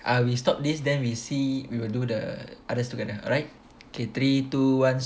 ah we stop this then we see we will do the others together alright K three two one